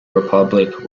republic